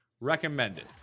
recommended